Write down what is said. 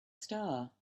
star